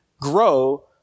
grow